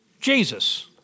Jesus